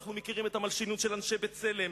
אנחנו מכירים את המלשינות של אנשי "בצלם"